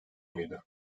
mıydı